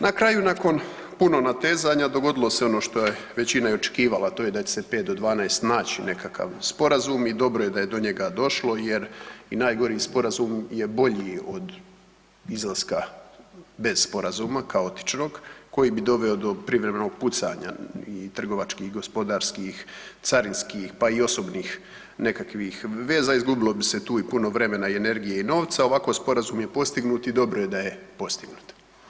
Na kraju nakon puno natezanja dogodilo se ono što je većina i očekivala, a to je da će se 5 do 12 naći nekakav sporazum i dobro je da je do njega došlo jer i najgori sporazum je bolji od izlaska bez sporazuma kaotičnog koji bi doveo do privremenog pucanja u trgovačkih, gospodarskih, carinskih pa i osobnih nekakvih veza, izgubilo bi se tu i puno vremena i energije i novca, ovako sporazum je postignut i dobro je da postignut.